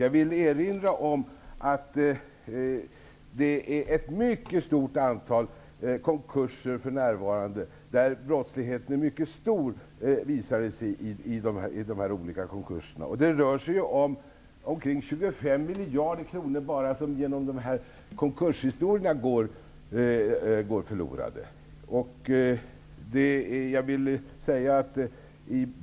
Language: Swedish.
Jag vill erinra om att det är ett mycket stort antal konkurser för närvarande där brottsligheten är mycket stor, visar det sig. Det rör sig om omkring 25 miljarder som går förlorade i samband med olika konkurser.